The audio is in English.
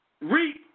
reap